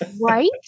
right